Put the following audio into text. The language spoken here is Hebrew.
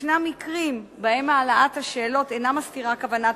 יש מקרים שבהם העלאת השאלות אינה מסתירה כוונת